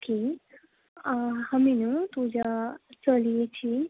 okay आं आमी न्हू तुज्या चलयेची